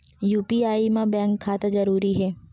UPI मा bank खाता जरूरी हे?